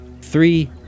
Three